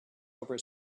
over